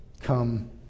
come